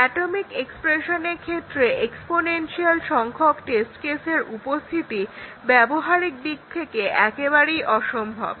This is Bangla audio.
অ্যাটমিক এক্সপ্রেশনের ক্ষেত্রে এক্সপোনেনশিয়াল সংখ্যক টেস্ট কেসের উপস্থিতি ব্যবহারিক দিক থেকে একেবারে অসম্ভব